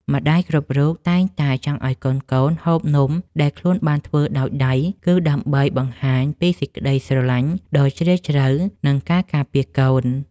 ម្ដាយគ្រប់រូបតែងតែចង់ឱ្យកូនៗហូបនំដែលខ្លួនបានធ្វើដោយដៃ គឺ ដើម្បីបង្ហាញពីសេចក្ដីស្រឡាញ់ដ៏ជ្រាលជ្រៅនិងការការពារកូន។